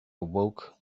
awoke